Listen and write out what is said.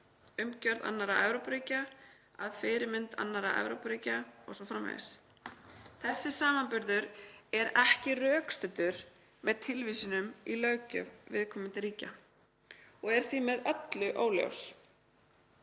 umgjörð annarra Evrópuríkja, að fyrirmynd annarra Evrópuríkja o.s.frv. Þessi samanburður er ekki rökstuddur með tilvísunum í löggjöf viðkomandi ríkja og er því með öllu óljós.